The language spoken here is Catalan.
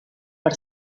per